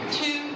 two